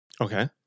Okay